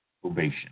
probation